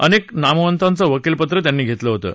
अनेक नामवंतांचं वकीलपत्र त्यांनी घेतलं होतं